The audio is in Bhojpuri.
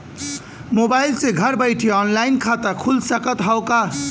मोबाइल से घर बैठे ऑनलाइन खाता खुल सकत हव का?